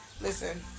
listen